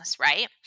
right